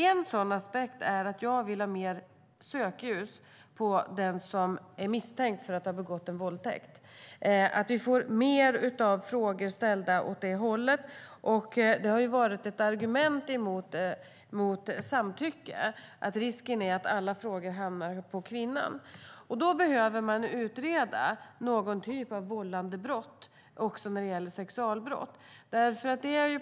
En sådan aspekt är att jag vill ha mer sökljus på den som är misstänkt för att ha begått en våldtäkt, att vi får fler frågor ställda åt det hållet. Ett argument mot samtycke har varit att risken är att alla frågor hamnar hos kvinnan. Vi behöver utreda någon typ av vållandebrott när det gäller sexualbrott.